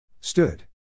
Stood